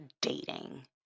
dating